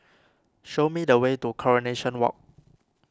show me the way to Coronation Walk